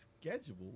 schedule